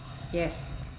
yes